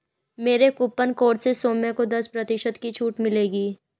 मेरे coupon code से सौम्य को दस प्रतिशत की छूट मिलेगी